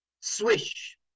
Swish